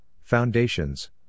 foundations